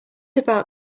about